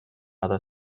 other